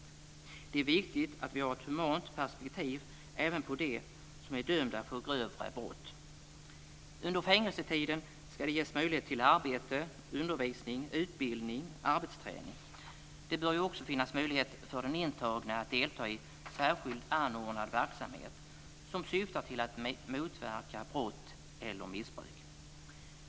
Det är viktigt att vi har ett humant perspektiv även på dem som är dömda för grövre brott. Under fängelsetiden ska det ges möjlighet till arbete, undervisning, utbildning och arbetsträning. Det bör också finnas möjlighet för den intagne att delta i särskilt anordnad verksamhet som syftar till att motverka brott eller missbruk.